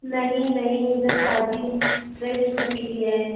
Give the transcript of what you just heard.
नहीं नहीं एकदम ताजी फ्रेस मछली है